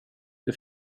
det